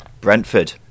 Brentford